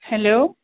hello